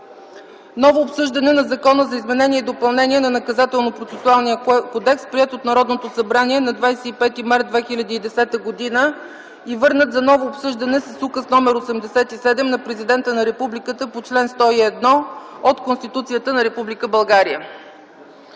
Ново обсъждане на Закона за изменение и допълнение на Наказателно-процесуалния кодекс, приет от Народното събрание на 25 март 2010 г. и върнат за ново обсъждане с Указ № 87 на Президента на Републиката по чл. 101 от Конституцията на Република България.